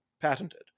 patented